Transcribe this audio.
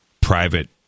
private